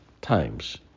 times